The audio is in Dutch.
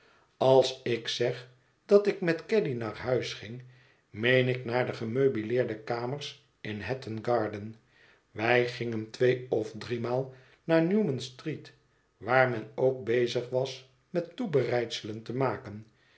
als ik zeg dat ik met caddy naar huis ging meen ik naar de gemeubileerde kamers in h a tton garden wij gingen twee of driemaal naar newman street waar men ook bezig was met toebereidselen te maken